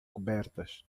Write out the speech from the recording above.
cobertas